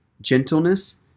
gentleness